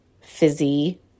fizzy